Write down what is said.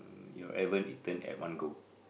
you ever eaten at one go